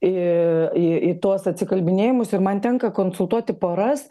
į tuos atsikalbinėjimus ir man tenka konsultuoti poras